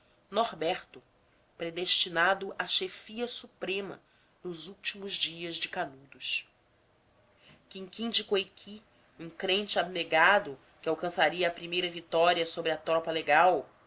norberto predestinado à chefia suprema nos últimos dias de canudos quinquim de coiqui um crente abnegado que alcançaria a primeira vitória sobre a tropa legal